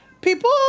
People